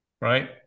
right